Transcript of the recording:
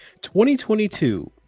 2022